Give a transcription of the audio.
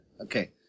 Okay